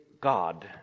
God